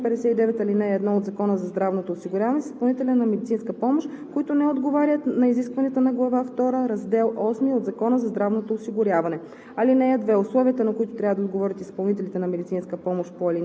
директорът на районната здравноосигурителна каса може да сключи договор по чл. 59, ал. 1 от Закона за здравното осигуряване с изпълнители на медицинска помощ, които не отговарят на изискванията на глава втора, раздел VIII от Закона за здравното осигуряване.